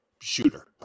shooter